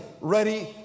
Ready